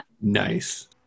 Nice